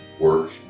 work